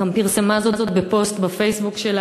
גם פרסמה זאת בפוסט בפייסבוק שלה,